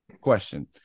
Question